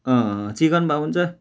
अँ चिकन भए हुन्छ